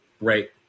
Right